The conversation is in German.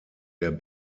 der